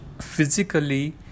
physically